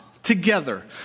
Together